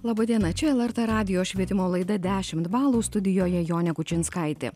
laba diena čia lrt radijo švietimo laida dešimt balų studijoje jonė kučinskaitė